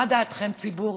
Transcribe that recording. מה דעתכם, ציבור?